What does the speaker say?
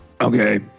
okay